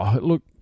look